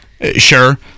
Sure